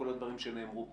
כל הדברים שנאמרו פה.